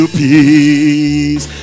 peace